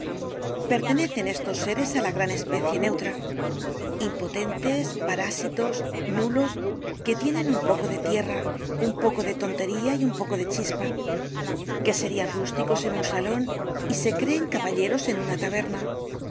pertenecen estos seres á la gran especie neutra impotentes parásitos nulos que tienen un poco de tierra un poco de tontería y un poco de chispa que serian rústicos en un salon y se creen caballeros en una taberna